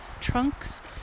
trunks